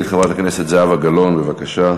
חבר הכנסת נחמן שי, בבקשה.